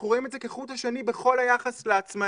אנחנו רואים את זה כחוט השני בכל היחס לעצמאים.